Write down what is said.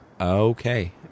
Okay